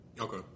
Okay